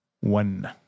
one